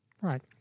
right